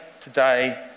today